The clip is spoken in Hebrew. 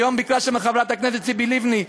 היום ביקרה שם חברת הכנסת ציפי לבני,